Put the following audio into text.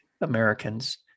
Americans